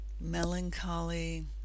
melancholy